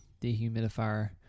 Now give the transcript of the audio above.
dehumidifier